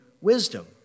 wisdom